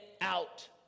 out